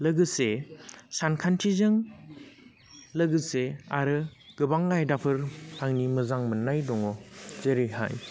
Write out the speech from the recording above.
लोगोसे सानखान्थिजों लोगोसे आरो गोबां आयदाफोर आंनि मोजां मोन्नाय दङ जेरैहाय